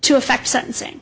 to affect sentencing